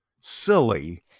silly